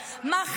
לאזרחיה.